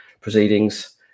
proceedings